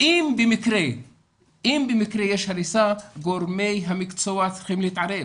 אם במקרה יש הריסה, גורמי המקצוע צריכים להתערב.